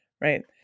Right